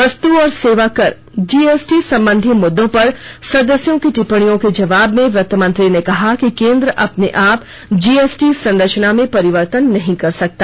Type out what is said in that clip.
वस्तु और सेवाकर जीएसटी संबंधी मुद्दों पर सदस्यों की टिप्पणियों के जवाब में वित्त मंत्री ने कहा कि केन्द्र अपने आप जीएसटी संरचना में परिवर्तन नहीं कर सकता